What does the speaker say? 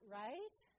right